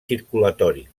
circulatori